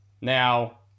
Now